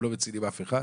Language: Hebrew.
הם לא מצילים אף אחד.